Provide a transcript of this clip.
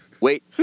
wait